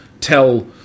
tell